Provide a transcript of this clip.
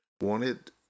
wanted